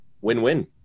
Win-win